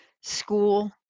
school